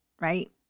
right